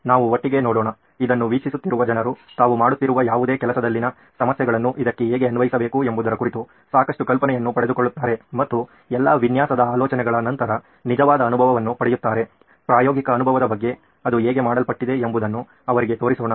ನಾವು ಒಟ್ಟಿಗೆ ನೋಡೋಣ ಇದನ್ನು ವೀಕ್ಷಿಸುತ್ತಿರುವ ಜನರು ತಾವು ಮಾಡುತ್ತಿರುವ ಯಾವುದೇ ಕೆಲಸದಲ್ಲಿನ ಸಮಸ್ಯೆಗಳನ್ನು ಇದಕ್ಕೆ ಹೇಗೆ ಅನ್ವಯಿಸಬೇಕು ಎಂಬುದರ ಕುರಿತು ಸಾಕಷ್ಟು ಕಲ್ಪನೆಯನ್ನು ಪಡೆದುಕೊಳ್ಳುತ್ತಾರೆ ಮತ್ತು ಎಲ್ಲಾ ವಿನ್ಯಾಸದ ಆಲೋಚನೆಗಳ ನಂತರ ನಿಜವಾದ ಅನುಭವವನ್ನು ಪಡೆಯುತ್ತಾರೆ ಪ್ರಾಯೋಗಿಕ ಅನುಭವದ ಬಗ್ಗೆ ಅದು ಹೇಗೆ ಮಾಡಲ್ಪಟ್ಟಿದೆ ಎಂಬುದನ್ನು ಅವರಿಗೆ ತೋರಿಸೋಣ